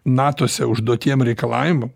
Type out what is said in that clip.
natose užduotiem reikalavimam